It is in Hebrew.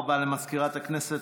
תודה רבה למזכירת הכנסת.